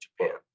Japan